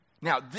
Now